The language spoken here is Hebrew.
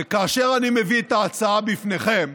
וכאשר אני מביא את ההצעה בפניכם,